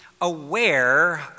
aware